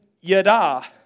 yada